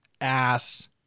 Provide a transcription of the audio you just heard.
ass